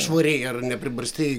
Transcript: švariai ar nepribarstei